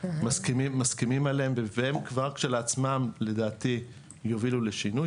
מסכימים עליהם והם כבר כשלעצמם לדעתי יובילו לשינוי.